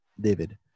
David